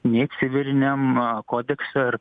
nei civiliniam kodekse ar